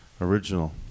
original